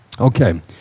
Okay